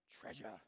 Treasure